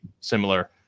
similar